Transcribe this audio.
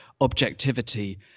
objectivity